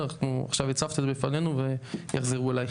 עכשיו הצפת את זה בפנינו ויחזרו אליך.